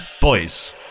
boys